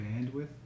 Bandwidth